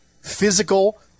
physical